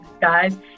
guys